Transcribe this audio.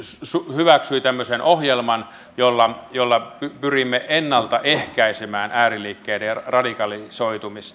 hyväksyi tämmöisen ohjelman jolla jolla pyrimme ennalta ehkäisemään ääriliikkeiden radikalisoitumista